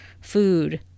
food